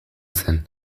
zen